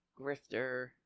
Grifter